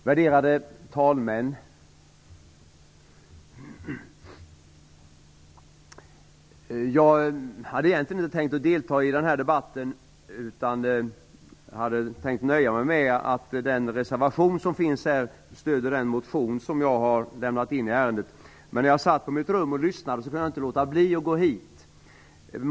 Värderade talman! Jag hade egentligen inte tänkt delta i den här debatten. Jag hade tänkt nöja mig med att den reservation som finns i ärendet stöder den motion som jag har lämnat in, men när jag satt på mitt rum och lyssnade kunde jag inte låta bli att gå hit till kammaren.